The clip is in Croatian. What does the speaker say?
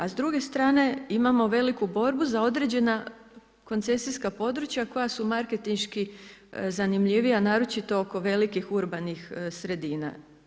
A s druge strane imamo veliku borbu za određena koncesijska područja koja su marketinški zanimljiva, naročito oko velikih urbanih sredina.